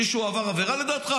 מישהו עבר עבירה לדעתך,